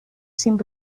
sin